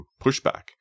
pushback